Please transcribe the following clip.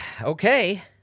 Okay